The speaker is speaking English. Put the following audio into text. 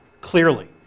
clearly